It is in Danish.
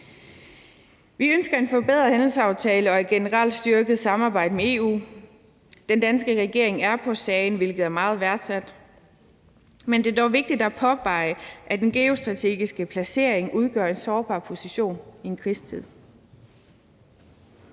Vi ønsker en forbedret handelsaftale og et generelt styrket samarbejde med EU. Den danske regering er på sagen, hvilket er meget værdsat, men det er dog vigtigt at påpege, at den geostrategiske placering udgør en sårbar position i en krigstid.